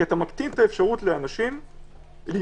כי אתה מקטין את האפשרות לאנשים להיפגש